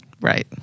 Right